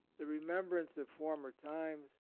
the remembrance of for mer times,